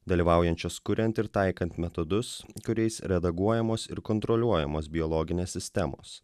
dalyvaujančios kuriant ir taikant metodus kuriais redaguojamos ir kontroliuojamos biologinės sistemos